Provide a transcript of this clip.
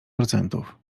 procentów